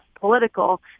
political